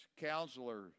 counselor